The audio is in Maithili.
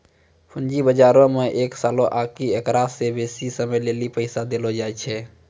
पूंजी बजारो मे एक सालो आकि एकरा से बेसी समयो लेली पैसा देलो जाय छै